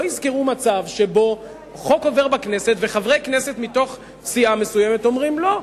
לא יזכרו מצב שבו חוק עובר בכנסת וחברי כנסת מסיעה מסוימת אומרים: לא.